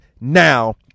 now